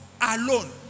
alone